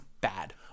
bad